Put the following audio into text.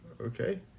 Okay